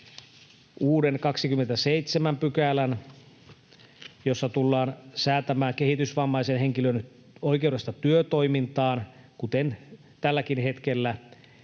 uuden 27 §:n, jossa tullaan säätämään kehitysvammaisen henkilön oikeudesta työtoimintaan, kuten tälläkin hetkellä